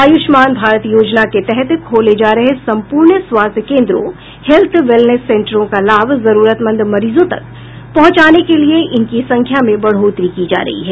आयुष्मान भारत योजना के तहत खोले जा रहे संपूर्ण स्वास्थ्य केन्द्रों हेत्थ वैलनेस सेंटरों का लाभ जरूरत मंद मरीजों तक पहुंचाने के लिये इनकी संख्या में बढ़ोतरी की जा रही है